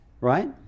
right